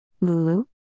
Lulu